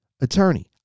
attorney